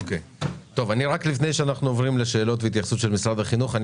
לפני שנעבור לשאלות והתייחסות משרד החינוך אני